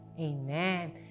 amen